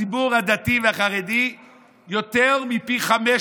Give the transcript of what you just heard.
הציבור הדתי והחרדי הוא יותר מפי חמישה